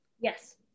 yes